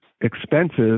expensive